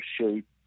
shape